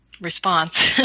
response